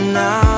now